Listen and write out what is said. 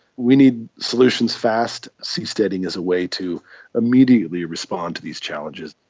we need solutions fast, seasteading is a way to immediately respond to these challenges.